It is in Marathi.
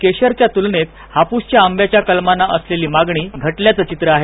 केशरच्या त्लनेत हाप्स आंब्याच्या कलमांना असलेली मागणी घटल्याच चित्र आहे